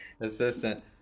Assistant